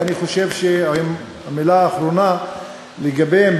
וחושב שהמילה האחרונה לגביהן,